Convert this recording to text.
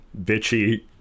bitchy